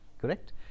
Correct